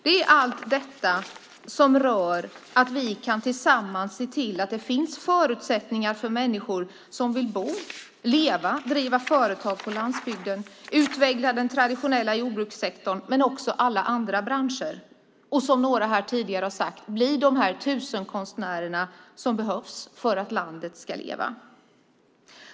Det gäller allt det som innebär att vi tillsammans kan se till att det finns förutsättningar för människor som vill bo, leva och driva företag på landsbygden, att utveckla den traditionella jordbrukssektorn men också alla andra branscher. Som några tidigare sagt är det dessa tusenkonstnärer som behövs för att landet ska leva.